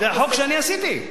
זה החוק שאני עשיתי.